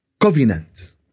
covenant